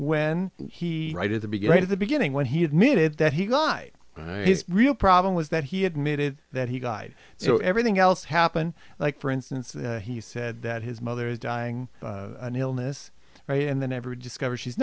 when he right at the beginning of the beginning when he admitted that he lied his real problem was that he admitted that he guides so everything else happen like for instance that he said that his mother is dying an illness right and then ever discover she's